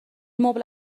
مبل